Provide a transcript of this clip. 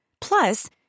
Plus